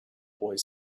boy